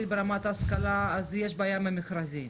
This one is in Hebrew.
ברמת ההשכלה אז יש בעיה עם המכרזים.